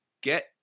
get